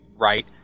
right